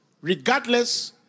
Regardless